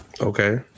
Okay